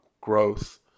growth